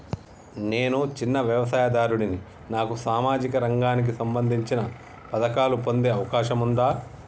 నేను చిన్న వ్యవసాయదారుడిని నాకు సామాజిక రంగానికి సంబంధించిన పథకాలు పొందే అవకాశం ఉందా?